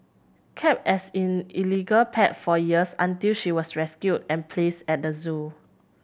kept as in illegal pet for years until she was rescued and placed at the zoo